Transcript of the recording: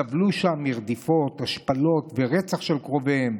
הם סבלו שם מרדיפות, השפלות ורצח של קרוביהם,